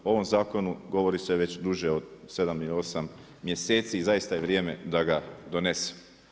O ovom zakonu govori se već duže od 7 ili 8 mjeseci, zaista je vrijeme da ga donesu.